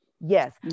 Yes